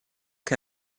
che